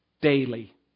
Daily